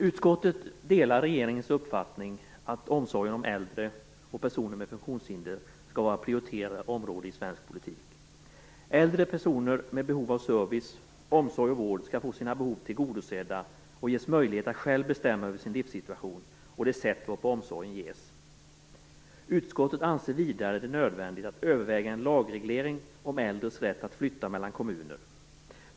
Utskottet delar regeringens uppfattning att omsorgen om äldre och personer med funktionshinder skall vara ett prioriterat område i svensk politik. Äldre personer med behov av service, omsorg och vård skall få sina behov tillgodosedda och ges möjlighet att själva få bestämma över sin livssituation och det sätt varpå omsorgen ges. Utskottet anser vidare att det är nödvändigt att överväga en lagreglering om äldres rätt att flytta mellan kommuner.